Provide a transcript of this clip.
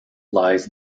lies